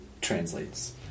translates